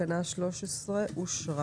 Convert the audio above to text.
תקנה 13 אושרה.